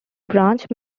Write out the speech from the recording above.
branch